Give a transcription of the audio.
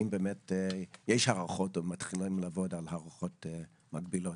אם באמת יש הערכות או שמתחילים לעבוד על הערכות מקבילות.